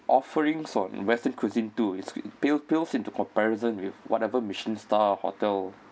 offerings on western cuisine too it pale pales into comparison with whatever michelin star hotel